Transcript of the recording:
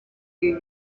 uyu